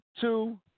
two